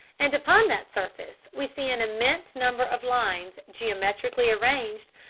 and upon that surface we see an immense number of lines geometrically arranged,